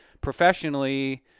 professionally